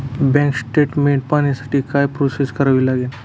Bank statement पाहण्यासाठी काय process करावी लागेल?